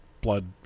Blood